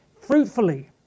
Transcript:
fruitfully